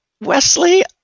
Wesley